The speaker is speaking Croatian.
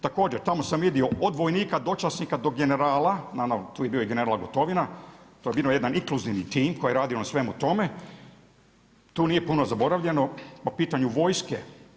Također tamo sam vidio od vojnika, dočasnika do generala, naravno tu je bio i general Gotovina, to je bio jedan inkluzivni tim koji je radio na svemu tom, tu nije puno zaboravljeno po pitanju vojske.